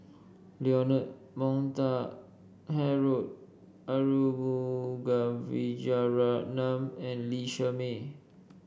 Leonard Montague Harrod Arumugam Vijiaratnam and Lee Shermay